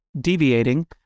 deviating